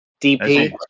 DP